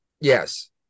Yes